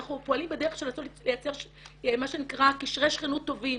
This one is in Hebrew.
אנחנו פועלים בדרך של רצון לייצר מה שנקרא קשרי שכנות טובים.